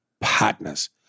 partners